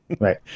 Right